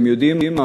אתם יודעים מה?